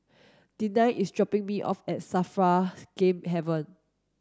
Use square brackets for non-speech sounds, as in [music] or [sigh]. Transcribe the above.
Denine is dropping me off at [unintelligible] Game Haven